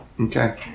Okay